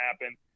happen